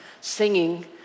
singing